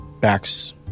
backs